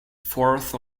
fourth